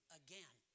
again